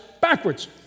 backwards